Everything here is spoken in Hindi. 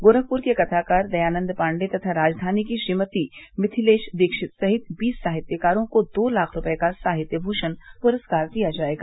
गोरखपुर के कथाकार दयानन्द पाण्डेय तथा राजधानी की श्रीमती मिथिलेश दीक्षित सहित बीस साहित्यकारों को दो लाख रूपये का साहित्य भूषण पुरस्कार दिया जायेगा